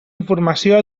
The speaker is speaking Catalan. informació